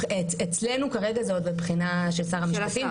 אצלנו כרגע זה עוד בבחינה של שר המשפטים.